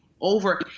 over